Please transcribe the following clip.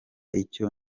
icyo